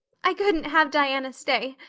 i couldn't have diana stay,